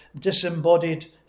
disembodied